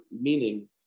meaning